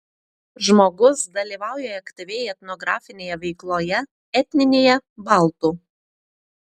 žmogus dalyvauja aktyviai etnografinėje veikloje etninėje baltų